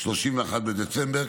31 בדצמבר,